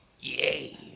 yay